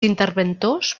interventors